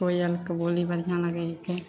कोयलके बोली बढ़िआँ लागै हिकै